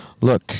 Look